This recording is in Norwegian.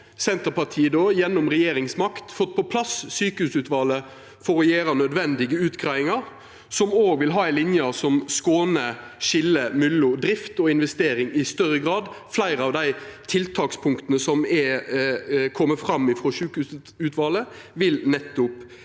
Senterpartiet, gjennom regjeringsmakt, fått på plass sjukehusutvalet for å gjera nødvendige utgreiingar, som òg vil ha ei linje som skånar skiljet mellom drift og investering i større grad. Fleire av dei tiltakspunkta som er komne fram frå sjukehusutvalet, vil vera